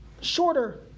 shorter